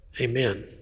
Amen